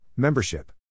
Membership